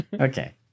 Okay